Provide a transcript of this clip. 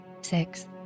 Six